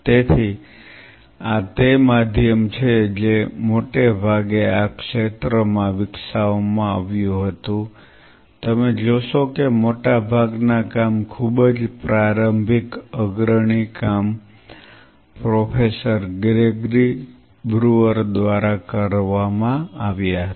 તેથી આ તે માધ્યમ છે જે મોટે ભાગે આ ક્ષેત્રમાં વિકસાવવામાં આવ્યું હતું તમે જોશો કે મોટાભાગના કામ ખૂબ જ પ્રારંભિક અગ્રણી કામ પ્રોફેસર ગ્રેગરી બ્રુઅર દ્વારા કરવામાં આવ્યા હતા